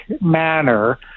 manner